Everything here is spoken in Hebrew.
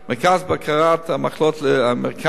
מרכז בקרת המחלות האמריקני,